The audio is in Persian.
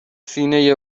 سینه